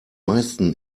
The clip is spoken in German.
meisten